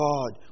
God